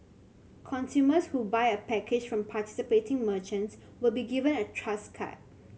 consumers who buy a package from participating merchants will be given a Trust card